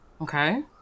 Okay